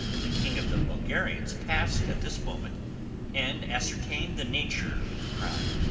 the king of the bulgarians passed at this moment and ascertained the nature of the crime.